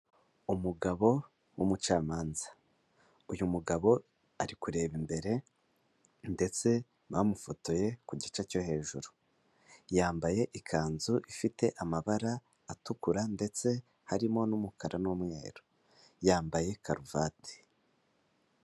Umugabo w'umucamanza uyu mugabo ari kureba imbere ndetse bamufotoye ku gice cyo hejuru, yambaye ikanzu ifite amabara atukura ndetse harimo n'umukara n'umweru yambaye karuvati.